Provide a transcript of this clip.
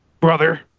Brother